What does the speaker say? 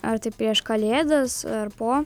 ar tik prieš kalėdas ar po